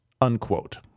unquote